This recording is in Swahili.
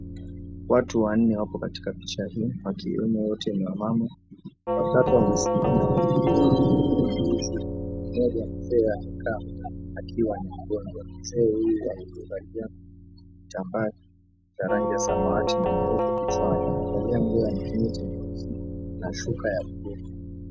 Watu wanne wapo katika picha hii, akionekana wote ni wamama. Watatu wamesimama wakiwa wamevaa nguo tofauti tofauti. Mmoja amekaa akiwa amevaa nguo ya kizee huku akiwa amevaa kiambazi cha rangi ya samawati na nyeupe kichwani. Amevalia nguo ya imefunika na shuka ya...